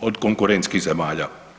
od konkurentskih zemalja.